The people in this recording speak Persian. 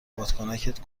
بادکنکت